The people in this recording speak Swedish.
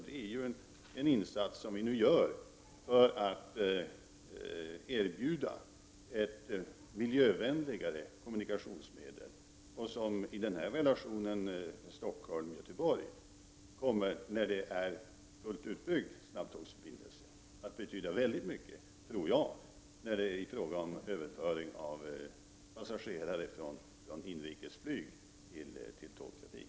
Vi gör nu insatser för att erbjuda ett miljövänligare kommunikationsmedel. I relationen Stockholm—Göteborg tror jag att snabbtågsförbindelserna när de är fullt utbyggda kommer att betyda väldigt mycket för överföringen av passagerare från inrikesflyget till tågtrafik.